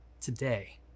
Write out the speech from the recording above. today